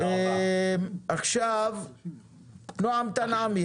נעם תנעמי,